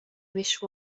wish